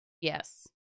Yes